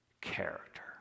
character